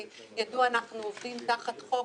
כי ידוע שאנחנו עובדים תחת חוק,